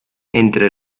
entre